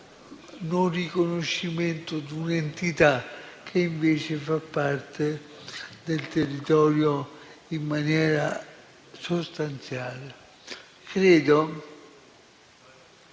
non riconoscimento di un'entità che invece fa parte del territorio in maniera sostanziale. Fa